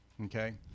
okay